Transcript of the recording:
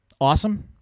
awesome